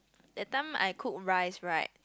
that time I cook rice right